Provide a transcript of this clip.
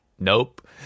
Nope